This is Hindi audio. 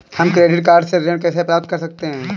हम क्रेडिट कार्ड से ऋण कैसे प्राप्त कर सकते हैं?